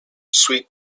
sweet